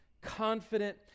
confident